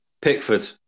Pickford